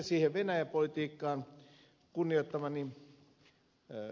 sitten siihen venäjä politiikkaan